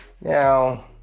Now